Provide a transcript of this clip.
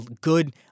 good